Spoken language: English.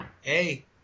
Hey